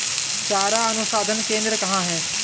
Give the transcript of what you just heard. चारा अनुसंधान केंद्र कहाँ है?